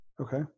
Okay